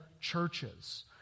churches